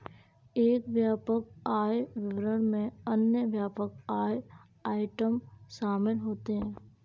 एक व्यापक आय विवरण में अन्य व्यापक आय आइटम शामिल होते हैं